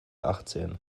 achtzehn